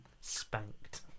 Spanked